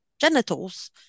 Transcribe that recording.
genitals